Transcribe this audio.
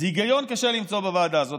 אז היגיון קשה למצוא בוועדה הזאת.